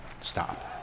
stop